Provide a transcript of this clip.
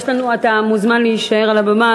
אתה מוזמן להישאר על הבמה,